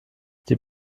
die